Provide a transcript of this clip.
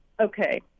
Okay